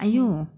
!aiyo!